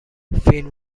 فیلم